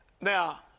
Now